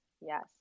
yes